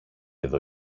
εδώ